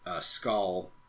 skull